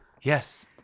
Yes